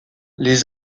les